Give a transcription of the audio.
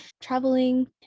traveling